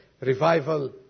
revival